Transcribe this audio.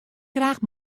graach